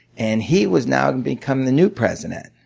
and he was now to become the new president.